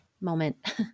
moment